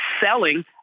selling